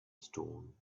stone